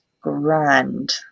grand